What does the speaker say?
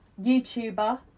youtuber